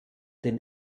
den